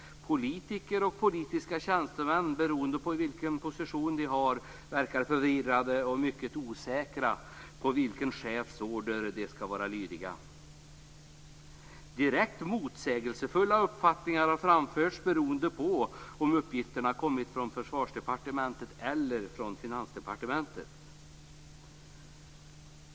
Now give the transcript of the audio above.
Politiker och politiska tjänstemän, beroende på vilken position de har, verkar förvirrade och mycket osäkra på vilken chefs order de skall vara lydiga. Direkt motsägelsefulla uppfattningar har framförts beroende på om uppgifterna kommit från Försvarsdepartementet eller från Finansdepartementet.